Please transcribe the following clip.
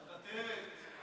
מוותרת.